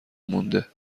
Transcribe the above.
مونده